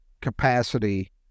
capacity